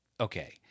okay